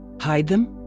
hide them?